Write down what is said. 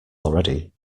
already